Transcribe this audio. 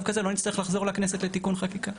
כזה לא נצטרך לחזור לכנסת לתיקון חקיקה.